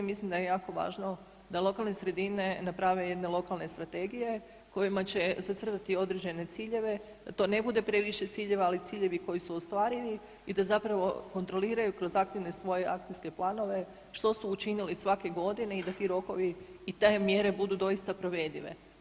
Mislim da je jako važno da lokalne sredine naprave jedne lokalne strategije kojima će zacrtati određene ciljeve, to ne bude previše ciljeva, ali ciljevi koji su ostvarivi da zapravo kontroliraju kroz aktivne svoje akcijske planove što su učinili svake godine i da ti rokovi i te mjere budu doista provedive.